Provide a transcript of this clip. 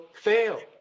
fail